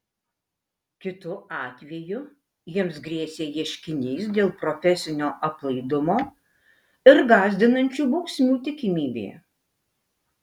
kitu atveju jiems grėsė ieškinys dėl profesinio aplaidumo ir gąsdinančių bausmių tikimybė